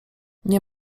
nie